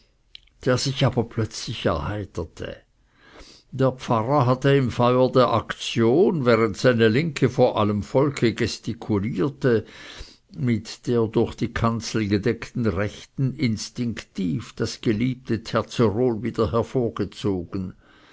der sich aber plötzlich erheiterte der pfarrer hatte im feuer der aktion während seine linke vor allem volke gestikulierte mit der durch die kanzel gedeckten rechten instinktiv das geliebte terzerol wieder hervorgezogen